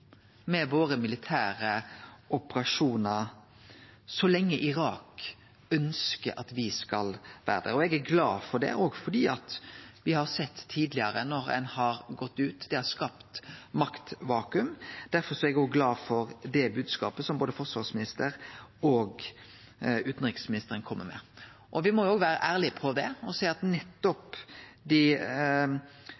med dei militære operasjonane våre så lenge Irak ønskjer at me skal vere der. Eg er glad for det, for når ein har gått ut tidlegare, har me sett at det har skapt eit maktvakuum. Derfor er eg òg glad for den bodskapen, som både forsvarsministeren og utanriksministeren kjem med. Vi må vere ærlege på det og seie at